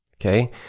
okay